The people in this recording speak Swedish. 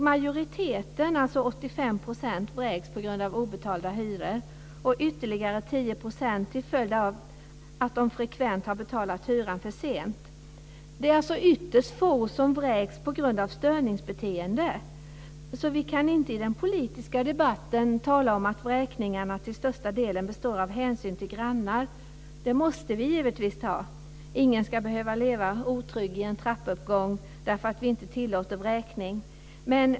Majoriteten, 85 %, vräks på grund av obetalda hyror. Ytterligare 10 % vräks till följd av att de frekvent har betalt hyran för sent. Det är alltså ytterst få som vräks på grund av störningsbeteende. I den politiska debatten kan vi inte tala om att vräkningarna till största delen beror på hänsyn till grannar. Det måste vi givetvis ta. Ingen ska behöva leva otrygg i en trappuppgång därför att vi inte tillåter vräkning.